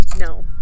no